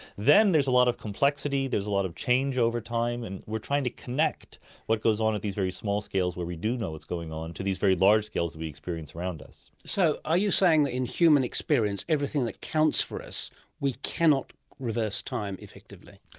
then there's a lot of complexity, there's a lot of changeover time, and we're trying to connect what goes on at these very small scales where we do know what's going on to these very large scales that we experience around us. so are you saying that in human experience everything that counts for us we cannot reverse time effectively?